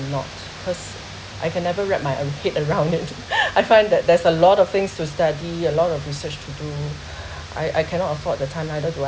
not because I can never get my own head around it I find that there's a lot of things to study a lot of research to do I I cannot afford the time either to I